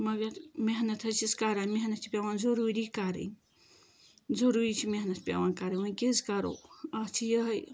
مگر محنت حظ چھِس کَران محنت چھِ پیوان ضروٗری کَرٕنۍ ضروٗری چھِ محنت پیوان کَرٕنۍ وۄنۍ کیاہ حظ کَرو اَتھ چھِ یِہٕے